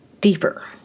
Deeper